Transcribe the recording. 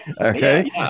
Okay